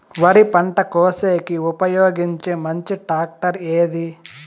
వరి పంట కోసేకి ఉపయోగించే మంచి టాక్టర్ ఏది?